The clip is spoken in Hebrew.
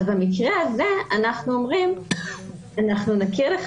אז במקרה הזה אנחנו אומרים שאנחנו נכיר לך